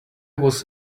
was